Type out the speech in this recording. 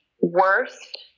worst